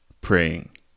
praying